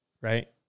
right